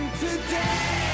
today